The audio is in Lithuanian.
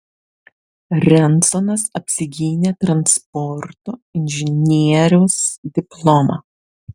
rensonas apsigynė transporto inžinieriaus diplomą